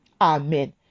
Amen